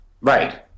Right